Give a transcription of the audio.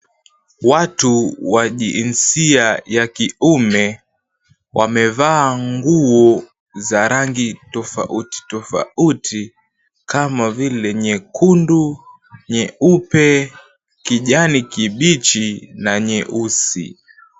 Watu wa jinsia ya kiume, wamevaa nguo za rangi tofauti tofauti kama vile nyekundu, nyeupe, kijani kibichi na nyeusi.